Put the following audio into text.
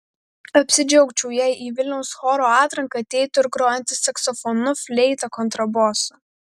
apsidžiaugčiau jei į vilniaus choro atranką ateitų ir grojantys saksofonu fleita kontrabosu